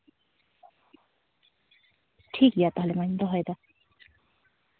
ᱴᱷᱤᱠᱜᱮᱭᱟ ᱛᱟᱦᱞᱮ ᱢᱟᱧ ᱫᱚᱦᱚᱭᱫᱟ